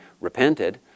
repented